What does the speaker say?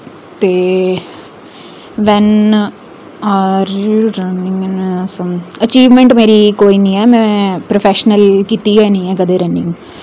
ते when are you running achievement मेरी कोई नि ऐ में प्रोफेशनल कीती गै निं कदें रनिंग